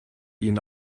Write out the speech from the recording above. ihnen